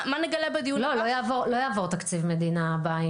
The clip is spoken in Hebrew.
מה נגלה בדיון הבא?